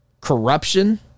corruption